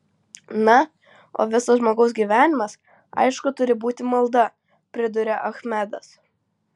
na o visas žmogaus gyvenimas aišku turi būti malda priduria achmedas